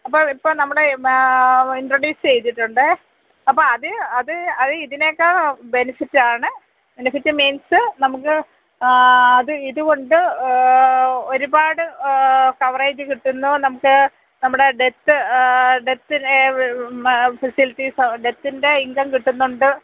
അപ്പോൾ ഇപ്പോൾ നമ്മുടെ ഇൻട്രോഡ്യൂസ് ചെയ്തിട്ടുണ്ട് അപ്പോൾ അത് അത് അത് ഇതിനെക്കാളും ബെനിഫിറ്റാണ് ബെനിഫിറ്റ് മീൻസ് നമുക്ക് അത് ഇതുകൊണ്ട് ഒരുപാട് കവറേജ് കിട്ടുന്നു നമുക്ക് നമ്മുടെ ഡെത്ത് ഡെത്ത് ഫെസിലിറ്റീസ് ഡെത്തിന്റെ ഇൻകം കിട്ടുന്നുണ്ട്